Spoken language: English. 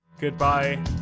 goodbye